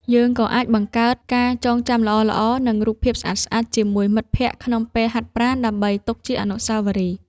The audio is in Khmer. យើងក៏អាចបង្កើតការចងចាំល្អៗ និងរូបភាពស្អាតៗជាមួយមិត្តភក្តិក្នុងពេលហាត់ប្រាណដើម្បីទុកជាអនុស្សាវរីយ៍។